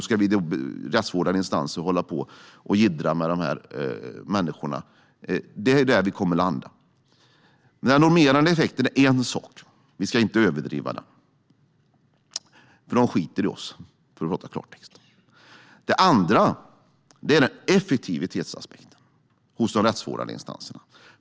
Ska de rättsvårdande instanserna hålla på och jiddra med de människorna? Det är där vi kommer att landa. Den normerande effekten är en sak, och vi ska inte överdriva den. De skiter i oss, för att tala klartext. Det andra är effektivitetsaspekten hos de rättsvårdande instanserna.